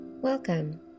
Welcome